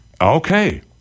Okay